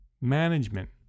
management